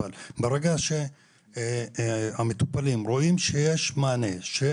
אבל ברגע שהמטופלים רואים שיש מענה,